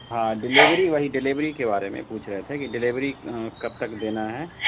ہاں ڈلیوری وہی ڈلیوری کے بارے میں پوچھ رہے تھے کہ ڈلیوری کب تک دینا ہے